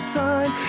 time